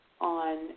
on